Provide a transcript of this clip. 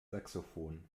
saxophon